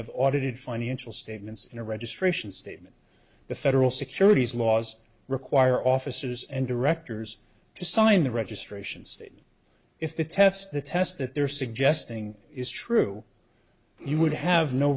of audited financial statements in a registration statement the federal securities laws require officers and directors to sign the registration stated if the tests the test that they're suggesting is true you would have no